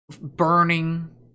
burning